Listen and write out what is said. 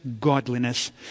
godliness